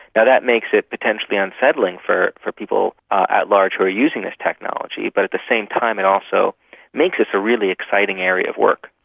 that that makes it potentially unsettling for for people at large who are using this technology, but at the same time it also makes this a really exciting area of work.